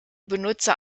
benutzer